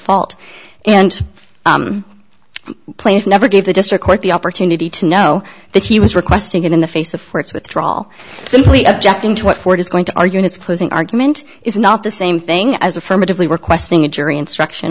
fault and plaintiff never gave the district court the opportunity to know that he was requesting it in the face of for its withdrawal simply objecting to what ford is going to argue in its closing argument is not the same thing as affirmatively requesting a jury instruction